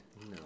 No